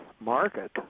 market